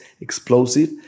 explosive